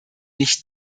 nicht